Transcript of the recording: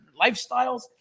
lifestyles